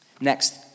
Next